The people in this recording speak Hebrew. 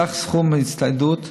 סך סכום ההצטיידות,